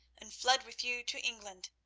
and fled with you to england.